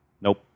Nope